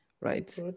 Right